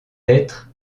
être